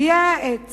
הגיע העת